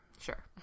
Sure